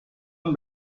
این